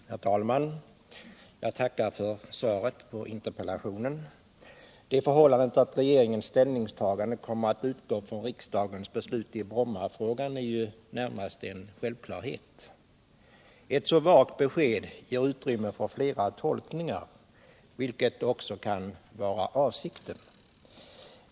Herr talman! Jag tackar för svaret på interpellationen. Det förhållandet att regeringens ställningstagande kommer att utgå från riksdagens beslut i Brommafrågan är ju närmast en självklarhet. Ett så vagt Om trafiken på Bromma flygplats Om trafiken på Bromma flygplats besked ger utrymme för flera tolkningar, vilket också kan Vara avsikten.